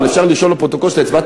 אבל אפשר לרשום בפרוטוקול שאתה הצבעת